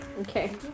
Okay